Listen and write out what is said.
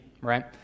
right